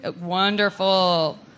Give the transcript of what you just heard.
Wonderful